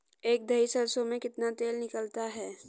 एक दही सरसों में कितना तेल निकलता है?